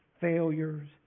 failures